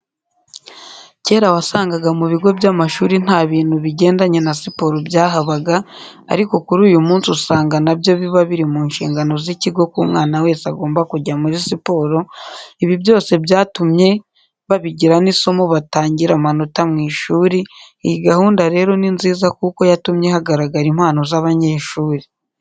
Kera wasangaga mu bigo by'amashuri nta bintu bigendanye na siporo byahabaga ariko kuri uyu munsi usanga na byo biba biri mu nshingano z'ikigo ko umwana wese agomba kujya muri siporo, ibi byose byatumye babigira n'isomo batangira amanota mu ishuri, iyi gahunda rero ni nziza kuko yatumye hagaragara impano z'abanyeshuri.